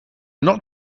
not